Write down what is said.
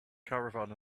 caravan